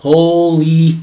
Holy